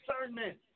discernment